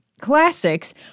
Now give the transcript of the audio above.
classics